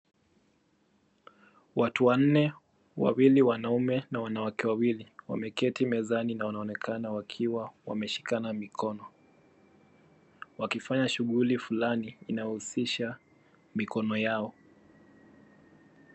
Watu wanne, wawili wanaume na wanawake wawili, wameketi mezani na wanaonekana wakiwa wameshikana mikono, wakifanya shughuli flani inayohusisha mikono yao.